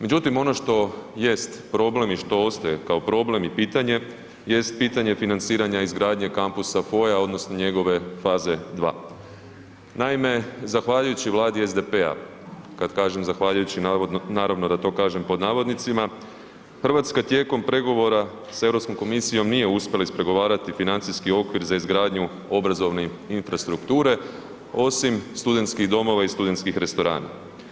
Međutim, ono što jest problem i što ostaje kao problem i pitanje jest pitanje financiranja izgradnje kampusa FOI-a odnosno njegove faze 2. Naime, zahvaljujući Vladi SDP-a, kad kažem zahvaljujući naravno da to kažem pod navodnicima, Hrvatska tijekom pregovora s EU komisijom nije uspjela ispregovarati financijski okvir za izgradnju obrazovne infrastrukture, osim studentskih domova i studentskih restorana.